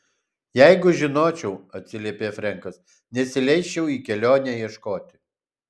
jeigu žinočiau atsiliepė frenkas nesileisčiau į kelionę ieškoti